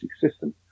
system